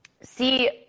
see